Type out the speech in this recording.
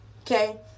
Okay